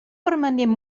permanent